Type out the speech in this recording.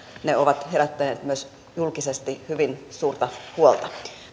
ne ovat herättäneet myös julkisesti hyvin suurta huolta